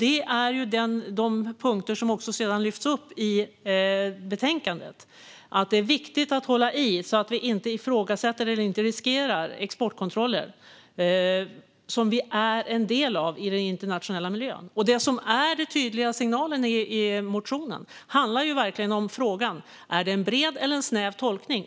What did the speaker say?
Detta är de punkter som sedan också lyfts upp i betänkandet: att det är viktigt att hålla i så att vi inte ifrågasätter eller riskerar exportkontrollen, som vi är en del av i den internationella miljön. Den tydliga signalen i motionen gäller verkligen frågan: Är det en bred eller en snäv tolkning?